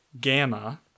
Gamma